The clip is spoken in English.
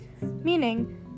meaning